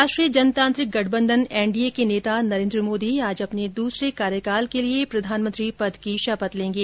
राष्ट्रीय जनतांत्रिक गठबंधन एनडीए के नेता नरेन्द्र मोदी आज अपने दूसरे कार्यकाल के लिये प्रधानमंत्री पद की शपथ लेंगे